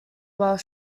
while